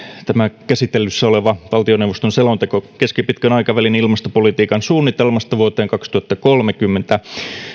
tämä käsittelyssä oleva valtioneuvoston selonteko keskipitkän aikavälin ilmastopolitiikan suunnitelmasta vuoteen kaksituhattakolmekymmentä